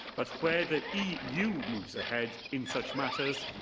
that where the eu moves ahead in such matters,